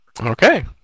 Okay